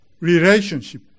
relationship